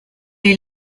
est